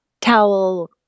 towel